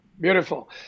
Beautiful